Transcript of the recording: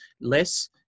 less